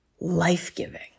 life-giving